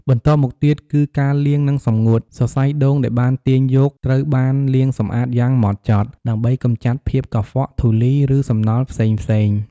បន្ទាប់មកទៀត គឺការលាង និងសម្ងួត សរសៃដូងដែលបានទាញយកត្រូវបាន លាងសម្អាតយ៉ាងហ្មត់ចត់ ដើម្បីកម្ចាត់ភាពកខ្វក់ ធូលី ឬសំណល់ផ្សេងៗ។